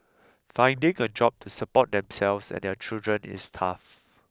finding a job to support themselves and their children is tough